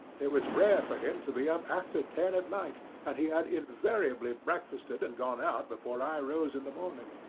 it was rare for him to be up after ten at night, and he had invariably breakfasted and gone out before i rose in the morning.